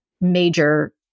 major